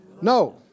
No